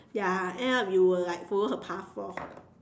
ya end up you will like follow her path lor